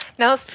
Now